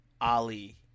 Ali